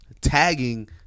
tagging